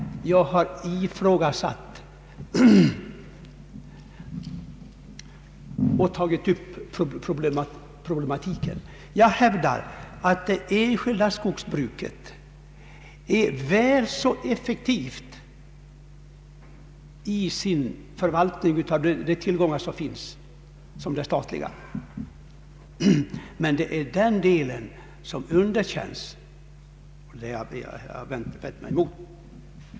Jag hävdar att det enskilda skogsbruket är väl så effektivt i sin förvaltning av tillgångarna som det statliga.